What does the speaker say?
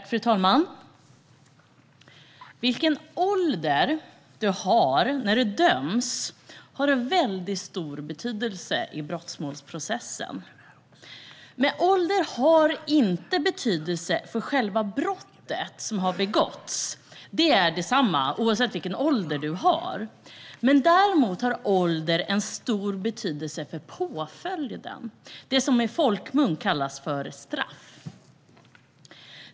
Fru talman! Vilken ålder du har när du döms har väldigt stor betydelse i brottmålsprocessen, inte för själva brottet som har begåtts - det är detsamma oavsett vilken ålder du har - men däremot för påföljden, det som i folkmun kallas straff.